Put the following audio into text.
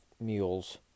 mules